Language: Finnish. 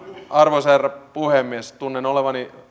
arvoisa herra puhemies tunnen olevani